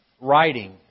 writing